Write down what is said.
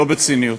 לא בציניות: